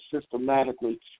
systematically